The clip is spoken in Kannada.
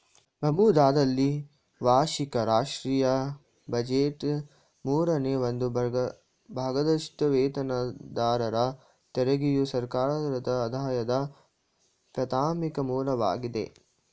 ಬರ್ಮುಡಾದಲ್ಲಿ ವಾರ್ಷಿಕ ರಾಷ್ಟ್ರೀಯ ಬಜೆಟ್ನ ಮೂರನೇ ಒಂದು ಭಾಗದಷ್ಟುವೇತನದಾರರ ತೆರಿಗೆಯು ಸರ್ಕಾರದಆದಾಯದ ಪ್ರಾಥಮಿಕ ಮೂಲವಾಗಿದೆ